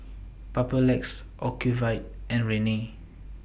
Papulex Ocuvite and Rene